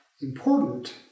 important